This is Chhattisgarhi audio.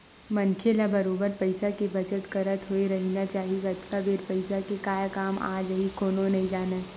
मनखे ल बरोबर पइसा के बचत करत होय रहिना चाही कतका बेर पइसा के काय काम आ जाही कोनो नइ जानय